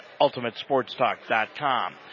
UltimateSportsTalk.com